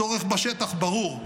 הצורך בשטח ברור,